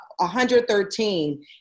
113